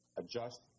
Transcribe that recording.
adjust